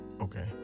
Okay